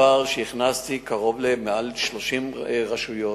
שהכנסתי אליו מעל 30 רשויות,